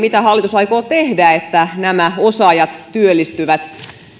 mitä hallitus aikoo tehdä että nämä osaajat työllistyvät